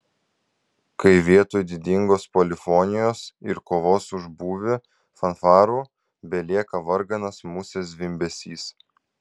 kai vietoj didingos polifonijos ir kovos už būvį fanfarų belieka varganas musės zvimbesys